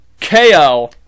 KO